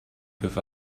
give